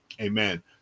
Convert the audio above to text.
amen